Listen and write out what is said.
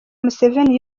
museveni